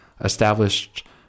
established